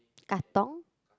Katong